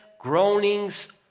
groanings